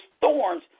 thorns